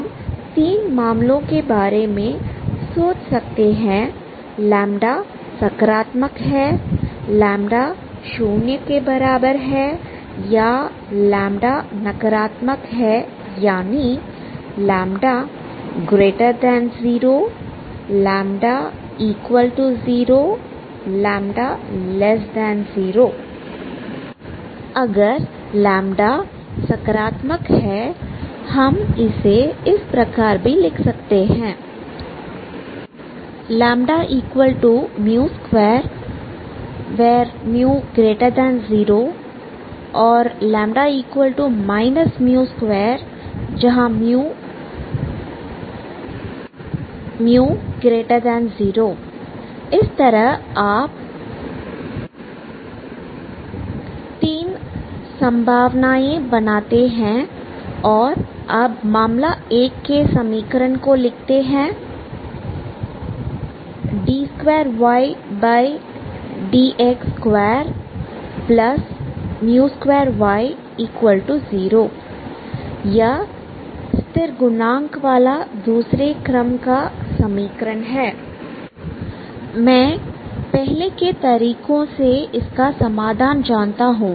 हम तीन मामलों के बारे में सोच सकते हैं λ सकारात्मक है λ शून्य के बराबर है या λ नकारात्मक है यानी λ0 λ0 λ0 अगर λ सकारात्मक है हम इसे इस प्रकार भी लिख सकते हैं μ2 μ0 μ2 μ0 इस तरह आप तीन संभावनाएं बनाते हैं और अब मामला 1 के समीकरण को लेते हैं d2ydx2 2y0 यह स्थिर गुणांक वाला दूसरे क्रम का समीकरण है मैं पहले के तरीकों से इसका समाधान जानता हूं